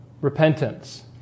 repentance